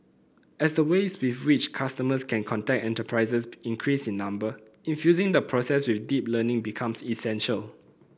as the ways with which customers can contact enterprises increase in number infusing the process with deep learning becomes essential